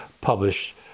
published